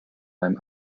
beim